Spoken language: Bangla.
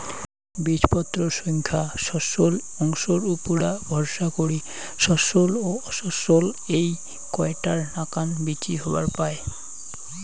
বীজপত্রর সইঙখা শস্যল অংশর উপুরা ভরসা করি শস্যল ও অশস্যল এ্যাই কয়টার নাকান বীচি হবার পায়